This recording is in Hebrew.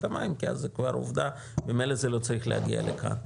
המים כי אז זו כבר עובדה וממילא זה לא צריך להגיע לכאן.